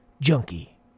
Junkie